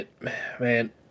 Man